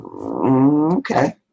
Okay